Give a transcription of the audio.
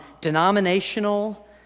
denominational